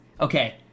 okay